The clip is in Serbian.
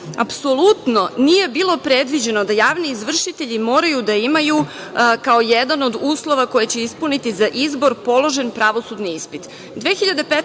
apsolutno nije bilo predviđeno da javni izvršitelji moraju da imaju, kao jedan od uslova koje će ispuniti za izbor, položen pravosudni ispit. Godine